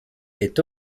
est